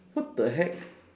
what the heck